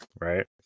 right